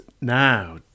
now